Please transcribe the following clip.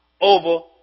over